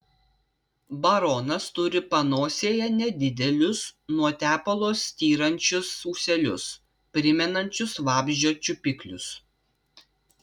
baronas turi panosėje nedidelius nuo tepalo styrančius ūselius primenančius vabzdžio čiupiklius